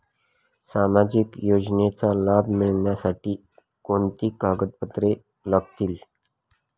सामाजिक योजनेचा लाभ मिळण्यासाठी कोणती कागदपत्रे लागतील?